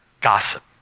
gossip